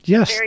Yes